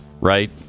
right